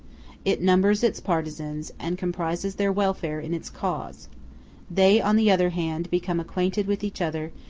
it numbers its partisans, and compromises their welfare in its cause they, on the other hand, become acquainted with each other,